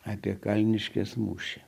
apie kalniškės mūšį